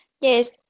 Yes